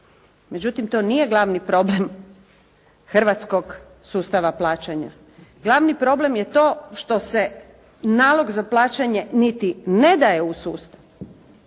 Međutim, to nije glavni problem hrvatskog sustava plaćanja. Glavni problem je to što se nalog za plaćanje niti ne daje u sustav.